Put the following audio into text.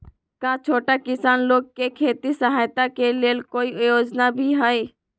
का छोटा किसान लोग के खेती सहायता के लेंल कोई योजना भी हई?